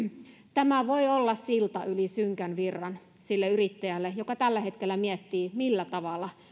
tämä voi olla silta yli synkän virran sille yrittäjälle joka tällä hetkellä miettii millä tavalla